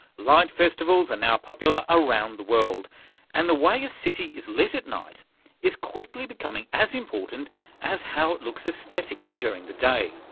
light festivals are and now popular around the world and the way a city is lit at night is quickly becoming as important as how it looks aesthetically during the day.